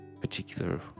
particular